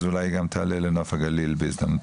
אז אולי היא תעלה לנוף הגליל בהזדמנות.